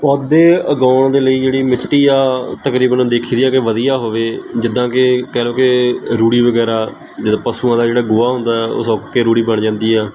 ਪੌਦੇ ਉਗਾਉਣ ਦੇ ਲਈ ਜਿਹੜੀ ਮਿੱਟੀ ਆ ਤਕਰੀਬਨ ਦੇਖੀਦੀ ਆ ਕਿ ਵਧੀਆ ਹੋਵੇ ਜਿੱਦਾਂ ਕਿ ਕਹਿ ਲਓ ਕਿ ਰੂੜੀ ਵਗੈਰਾ ਜਦੋਂ ਪਸ਼ੂਆਂ ਦਾ ਜਿਹੜਾ ਗੋਹਾ ਹੁੰਦਾ ਉਹ ਸੁੱਕ ਕੇ ਰੂੜੀ ਬਣ ਜਾਂਦੀ ਆ